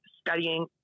studying